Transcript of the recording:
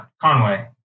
Conway